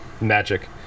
magic